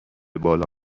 بالا